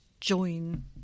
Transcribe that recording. Join